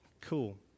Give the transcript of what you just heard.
cool